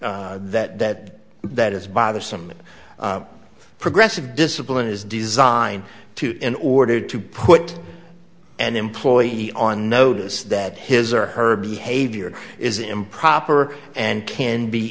that that that is bothersome that progressive discipline is designed to in order to put an employee on notice that his or her behavior is improper and can be